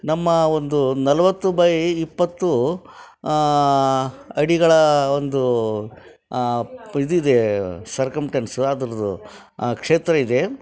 ನಮ್ಮ ಒಂದು ನಲ್ವತ್ತು ಬೈ ಇಪ್ಪತ್ತು ಅಡಿಗಳ ಒಂದು ಪ್ ಇದು ಇದೆ ಸರ್ಕಮ್ಟೆನ್ಸು ಅದ್ರದ್ದು ಆ ಕ್ಷೇತ್ರ ಇದೆ